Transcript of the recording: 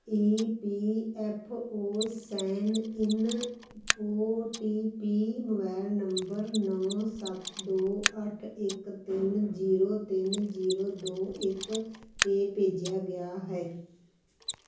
E P F O sign in O T P mobile number ਨੌ ਸੱਤ ਦੋ ਅੱਠ ਇੱਕ ਤਿੰਨ ਜੀਰੋ ਤਿੰਨ ਜੀਰੋ ਦੋ ਇੱਕ 'ਤੇ ਭੇਜਿਆ ਗਿਆ ਹੈ